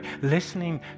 listening